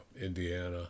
Indiana